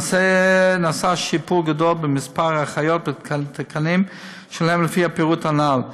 נעשה שיפור גדול במספר האחיות ובתקנים שלהן לפי הפירוט הנ"ל: